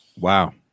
wow